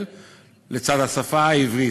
במדינת ישראל לצד השפה העברית.